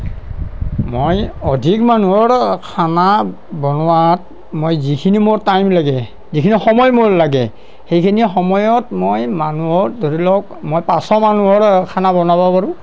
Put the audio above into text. মই অধিক মানুহৰ খানা বনোৱাত মই যিখিনি মোৰ টাইম লাগে যিখিনি সময় মোৰ লাগে সেইখিনি সময়ত মই মানুহৰ ধৰি লওঁক মই পাঁচশ মানুহৰ খানা বনাব পাৰোঁ